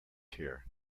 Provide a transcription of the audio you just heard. here